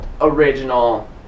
original